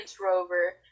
rover